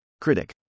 Critic